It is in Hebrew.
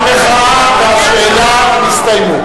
המחאה והשאלה נסתיימו.